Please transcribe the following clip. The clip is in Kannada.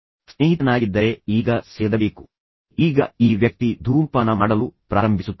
ನಾನು ನಿನ್ನ ಸ್ನೇಹಿತನಾಗಿದ್ದೇನೆ ಮತ್ತು ನಾನು ಕೆಟ್ಟ ವಿಷಯಗಳನ್ನು ಹೇಳುತ್ತಿಲ್ಲ ಈಗ ಈ ವ್ಯಕ್ತಿ ಧೂಮಪಾನ ಮಾಡಲು ಪ್ರಾರಂಭಿಸುತ್ತಾನೆ